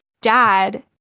dad